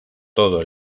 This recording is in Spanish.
todo